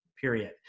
period